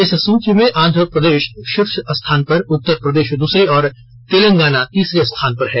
इस सूची में आंध्र प्रदेश शीर्ष स्थान पर उत्तर प्रदेश दूसरे और तेलगाना तीसरे स्थान पर है